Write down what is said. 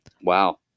Wow